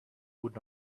would